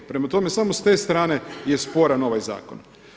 Prema tome samo s te strane je sporan ovaj zakon.